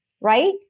right